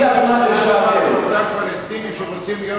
אולי,